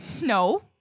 No